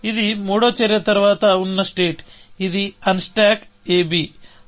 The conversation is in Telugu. ఇది మూడవ చర్య తరువాత ఉన్న స్టేట్ ఇది ఆన్స్టాక్ ab